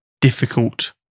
difficult